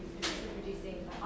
producing